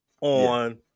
on